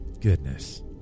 Goodness